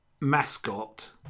mascot